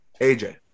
AJ